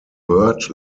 burt